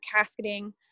casketing